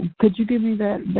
could you give me that